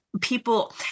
people